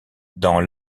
dans